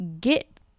get